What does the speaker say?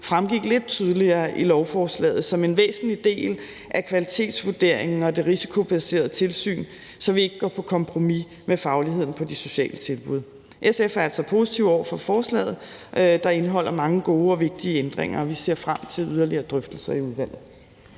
fremgik lidt tydeligere i lovforslaget som en væsentlig del af kvalitetsvurderingen og det risikobaserede tilsyn, så vi ikke går på kompromis med fagligheden på de sociale tilbud. SF er altså positive over for forslaget, der indeholder mange gode og vigtige ændringer, og vi ser frem til yderligere drøftelser i udvalget.